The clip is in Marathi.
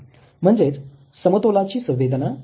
म्हणजेच समतोलाची संवेदना होय